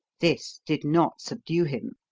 this did not subdue him.